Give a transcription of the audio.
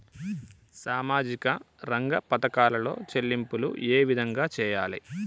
సామాజిక రంగ పథకాలలో చెల్లింపులు ఏ విధంగా చేయాలి?